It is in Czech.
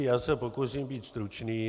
Já se pokusím být stručný.